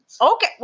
Okay